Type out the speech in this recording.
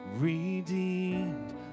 Redeemed